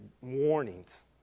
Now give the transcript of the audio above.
warnings